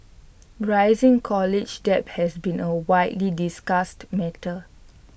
rising college debt has been A widely discussed matter